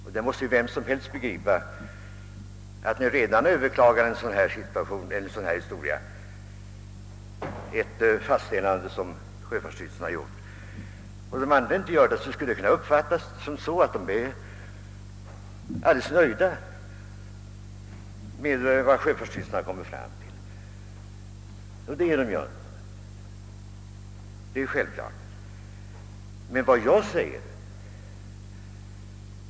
Vem som helst måste väl begripa att om redarna överklagar ett beslut av sjöfartsstyrelsen och de andra organisationerna inte gör det, så skulle detta kunna uppfattas så, att de ombordanställda är helt nöjda med det beslut sjöfartsstyrelsen kommit fram till, och det är de självfallet inte.